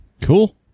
Cool